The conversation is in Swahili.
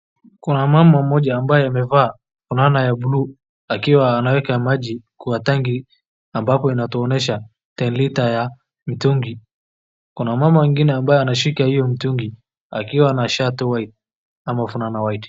Kuna mama mmoja ambaye ameva fulana ya bluu akiwa naweka maji kwa tanki , ambapo inatuonyesha 10 liters ya mtungi .Kuna mama mwingine ambaye anashika hiyo mtungi akiwa shati white ama fulana white .